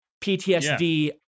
PTSD